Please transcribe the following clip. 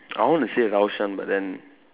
I want to say Raushan but then